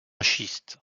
schiste